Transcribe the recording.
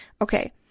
okay